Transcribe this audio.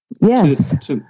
Yes